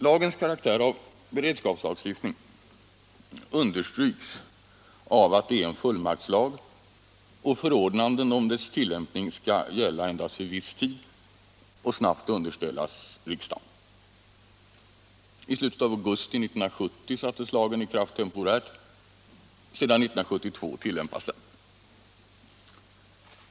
Lagens karaktär av beredskapslagstiftning understryks av att det är en fullmaktslag och att förordnanden om dess tillämpning skall gälla endast viss tid och snabbt underställas riksdagen. I slutet av augusti 1970 sattes lagen i kraft temporärt. Sedan 1972 tillämpas den.